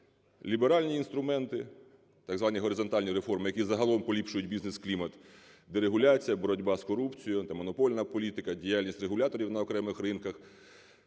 ліберальні інструменти, так званні горизонтальні реформи, які загалом поліпшують бізнес-клімат: дерегуляція, боротьба з корупцією, антимонопольна політика, діяльність регуляторів на окремих ринках,